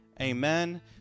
amen